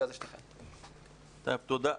בבקשה.